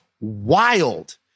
wild